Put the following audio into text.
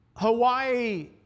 Hawaii